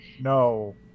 No